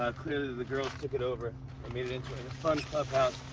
clearly, the girls took it over and made it into a fun clubhouse.